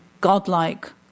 godlike